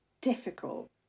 difficult